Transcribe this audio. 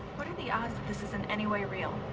what are the odds that this is in any way real?